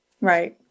Right